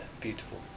beautiful